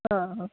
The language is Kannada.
ಹಾಂ ಹಾಂ